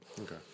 Okay